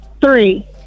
Three